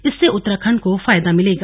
इससे उत्तराखंड को फायदा मिलेगा